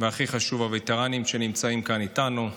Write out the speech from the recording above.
והכי חשוב, הווטרנים שנמצאים כאן איתנו.